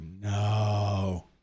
no